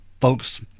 folks